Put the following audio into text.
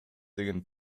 деген